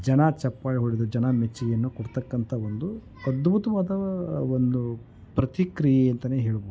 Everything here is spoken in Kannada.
ಜನ ಚಪ್ಪಾಳೆ ಹೊಡೆದು ಜನ ಮೆಚ್ಚುಗೆಯನ್ನು ಕೊಡತಕ್ಕಂಥ ಒಂದು ಅದ್ಭುತವಾದ ಒಂದು ಪ್ರತಿಕ್ರಿಯೆ ಅಂತಲೇ ಹೇಳ್ಬೋದು